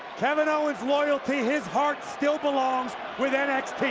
kevin owens' loyalty, his heart still belongs with nxt.